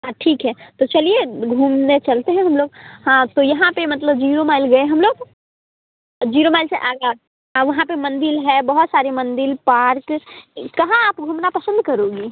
हाँ ठीक है तो चलिए घूमने चलते हैं हम लोग हाँ तो यहाँ पर मतलब जीरो माइल गए हम लोग जीरो माइल से आगे और हाँ वहाँ पर मंदिर है बहुत सारे मंदिर पार्क कहाँ आप घूमना पसंद करोगी